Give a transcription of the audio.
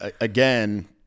again